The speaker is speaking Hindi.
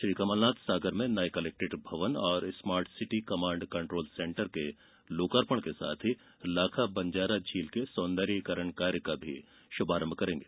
श्री कमलनाथ सागर में नए कलेक्ट्रेट भवन और smart city command control centre के लोकार्पण के साथ ही लाखा बंजारा झील के सौंदर्यीकरण कार्य का भी श्रभारम्भ करेंगे